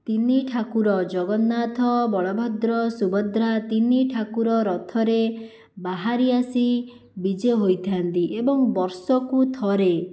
ତିନି ଠାକୁର ଜଗନ୍ନାଥ ବଳଭଦ୍ର ସୁଭଦ୍ରା ତିନି ଠାକୁର ରଥରେ ବାହାରି ଆସି ବିଜେ ହୋଇଥାନ୍ତି ଏବଂ ବର୍ଷକୁ ଥରେ